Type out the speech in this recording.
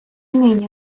нині